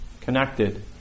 connected